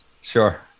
Sure